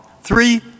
Three